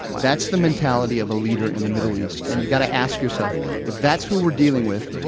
that's the mentality of a leader in the middle east, and you've got to ask yourself, if that's who we're dealing with,